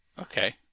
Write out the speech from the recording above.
Okay